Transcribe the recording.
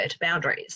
boundaries